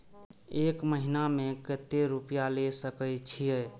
एक महीना में केते रूपया ले सके छिए?